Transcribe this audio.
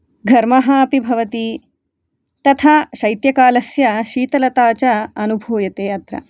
घर्मः अपि भवति तथा शैत्यकालस्य शीतलता च अनुभूयते अत्र